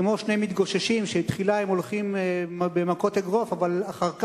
כמו שני מתגוששים שתחילה הם הולכים במכות אגרוף אבל אחר כך,